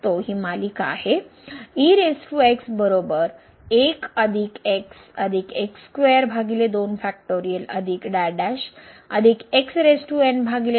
ही मालिका आहे सर्व डेरीवेटीव 1 आहेत